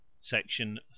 SECTION